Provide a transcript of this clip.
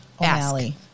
O'Malley